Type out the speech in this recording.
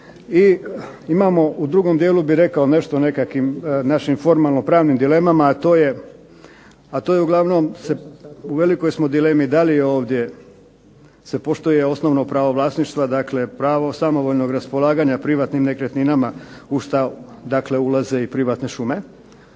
Imamo u drugom dijelu bih rekao nešto nekako o našim formalno pravnim dilemama, a to je uglavnom u velikoj smo dilemi da li ovdje se poštuje pravo vlasništva dakle, pravo samovoljnog raspolaganja privatnim nekretninama u šta ulaze i privatne šume,